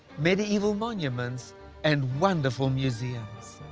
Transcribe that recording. mediaeval monuments and wonderful museums.